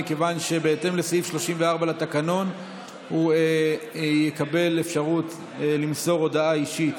מכיוון שבהתאם לסעיף 34 לתקנון הוא יקבל אפשרות למסור הודעה אישית